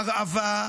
הרעבה,